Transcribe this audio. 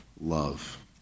love